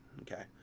okay